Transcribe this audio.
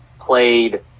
played